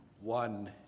one